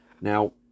Now